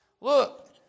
Look